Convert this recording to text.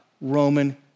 Roman